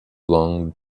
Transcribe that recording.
blond